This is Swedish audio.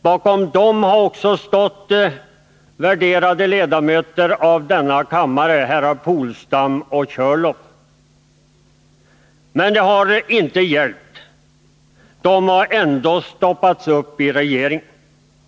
Bakom dem har stått också värderade ledamöter av denna kammare, herrar Polstam och Körlof. Men det har inte hjälpt. Förslagen har ändå stoppats i regeringen.